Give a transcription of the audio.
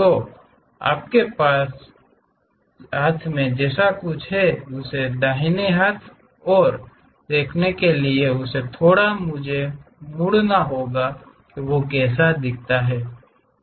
तो आपके हाथ जैसा कुछ है इसे दाहिनी ओर से देखने के लिए इसे थोड़ा मुड़ें कि यह कैसा दिखता है